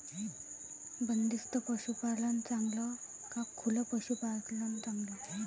बंदिस्त पशूपालन चांगलं का खुलं पशूपालन चांगलं?